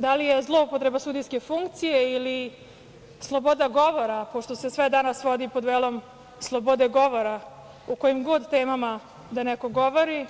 Dali je zloupotreba sudijske funkcije ili sloboda govora, pošto se sve danas svodi pod velom slobode govora o kojim god temama da neko govori,